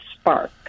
spark